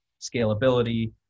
scalability